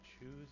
choose